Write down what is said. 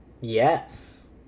yes